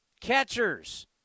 Catchers